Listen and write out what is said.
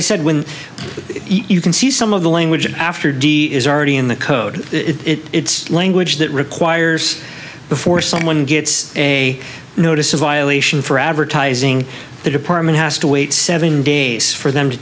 i said when you can see some of the language after de is already in the code it's language that requires before someone gets a notice of violation for advertising the department has to wait seven days for them to